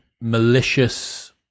malicious